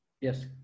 Yes